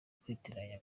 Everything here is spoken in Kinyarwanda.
kwitiranya